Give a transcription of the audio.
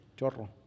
Chorro